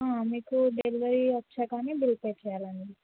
మీకు డెలివరీ వచ్చాకనే bill pay చేయాలండి